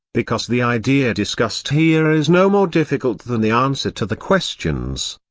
because the idea discussed here is no more difficult than the answer to the questions,